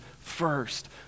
first